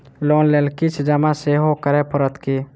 Loan लेल किछ जमा सेहो करै पड़त की?